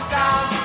down